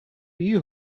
you